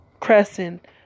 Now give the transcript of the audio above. Crescent